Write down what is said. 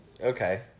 okay